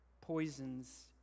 poisons